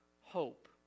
hope